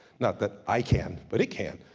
not that i can, but it can.